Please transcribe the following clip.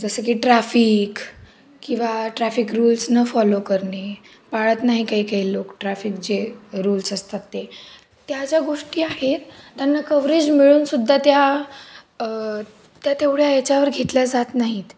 जसं की ट्रॅफिक किंवा ट्रॅफिक रुल्स न फॉलो करणे पाळत नाही काही काही लोक ट्रॅफिक जे रुल्स असतात ते त्या ज्या गोष्टी आहेत त्यांना कव्हरेज मिळूनसुद्धा त्या त्या तेवढ्या ह्याच्यावर घेतल्या जात नाहीत